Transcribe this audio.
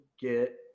get